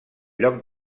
lloc